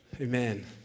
Amen